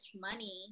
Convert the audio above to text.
money